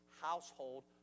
household